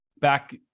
Back